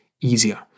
easier